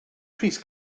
crys